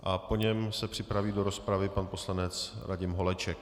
Po něm se připraví do rozpravy pan poslanec Radim Holeček.